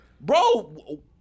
bro